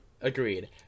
Agreed